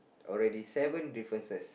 already seven differences